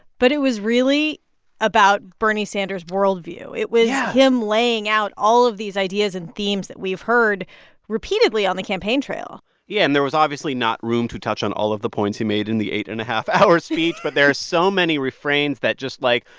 but it was really about bernie sanders' world view. it was. yeah. him laying out all of these ideas and themes that we've heard repeatedly on the campaign trail yeah. and there was obviously not room to touch on all of the points he made in the eight and a half hour speech but there are so many refrains that just, like,